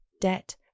debt